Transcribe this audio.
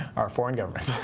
our foreign governments.